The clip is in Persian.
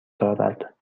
دارد